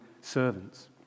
servants